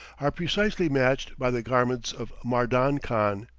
are precisely matched by the garments of mardan khan.